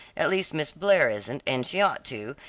at least miss blair isn't, and she ought to,